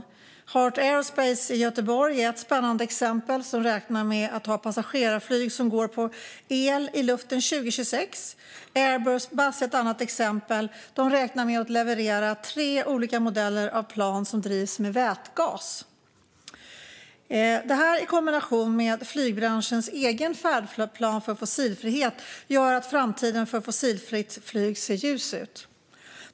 Heart Aerospace AB i Göteborg är ett spännande exempel. De räknar med att ha passagerarflyg som går på el i luften 2026. Airbus är ett annat exempel. De räknar med att leverera tre olika modeller av plan som drivs med vätgas. Detta i kombination med flygbranschens egen färdplan för fossilfrihet gör att framtiden för fossilfritt flyg ser ljus ut.